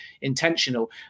intentional